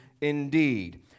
indeed